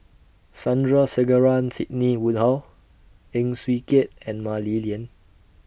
Sandrasegaran Sidney Woodhull Heng Swee Keat and Mah Li Lian